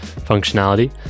functionality